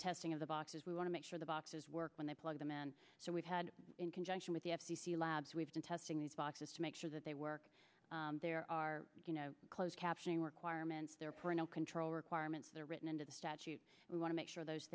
the testing of the boxes we want to make sure the boxes work when they plug them and so we've had in conjunction with the f c c labs we've been testing these boxes to make sure that they work there are closed captioning requirements their parental control requirements are written into the statute we want to make sure those